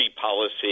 policy